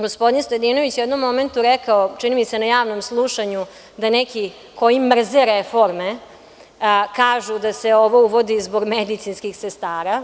Gospodin Stojadinović je u jednom momentu rekao, čini mi se na javnom slušanju, da neki koji mrze reforme kažu da se ovo uvodi zbog medicinskih sestara.